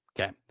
Okay